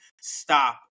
stop